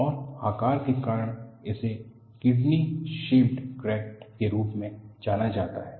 और आकार के कारण इसे किड्नी शेपड क्रैक के रूप में जाना जाता है